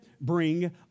bring